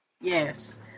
Yes